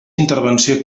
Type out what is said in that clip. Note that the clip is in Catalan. intervenció